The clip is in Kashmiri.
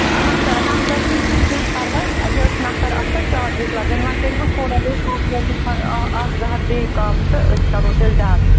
اَچھا نَفرَن ہٕنٛز چھُنہٕ کیٚنٛہہ پَرواے یٔژ نَفَر آسان چارجِز لَگان وۄنۍ کٔرۍہوس تھوڑا بہت رۄپیہِ اَکھ زٕ ہَتھ بیٚیہِ کَم تہٕ أسۍ کَرہو تیٚلہِ ڈَن